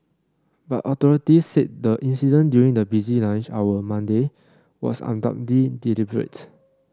but authorities said the incident during the busy lunch hour Monday was undoubtedly deliberate